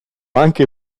anche